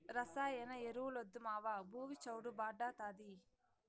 రసాయన ఎరువులొద్దు మావా, భూమి చౌడు భార్డాతాది